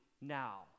now